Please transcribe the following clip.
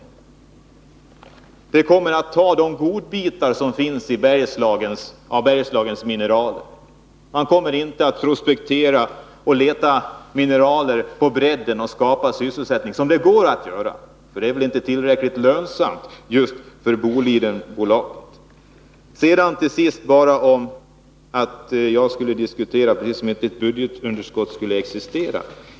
Företaget kommer att ta de godbitar som finns i Bergslagens mineraler, men man kommer inte att prospektera och leta mineraler och skapa sysselsättning, som det går att göra. Det är väl inte tillräckligt lönsamt för Boliden. Arbetsmarknadsministern sade att jag diskuterar som om det inte existerar något budgetunderskott.